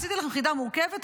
עשיתי לכם חידה מורכבת,